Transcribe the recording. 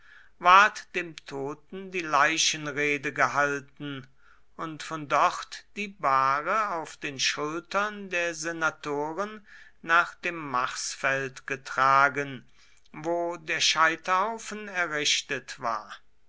ward dem toten die leichenrede gehalten und von dort die bahre auf den schultern der senatoren nach dem marsfeld getragen wo der scheiterhaufen errichtet war